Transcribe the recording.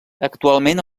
actualment